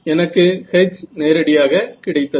எனக்கு H நேரடியாக கிடைத்தது